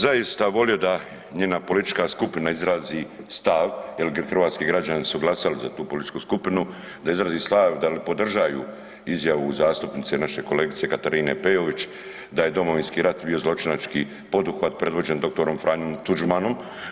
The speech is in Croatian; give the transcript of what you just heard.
Pa ja bi zaista volio da njena politička skupina izrazi stav jel hrvatski građani su glasali za tu političku skupinu, da izrazi stav dal podržaju izjavu zastupnice naše kolegice Katarine Peović da je Domovinski rat bio zločinački poduhvat predvođen dr. Franjom Tuđmanom.